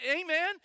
amen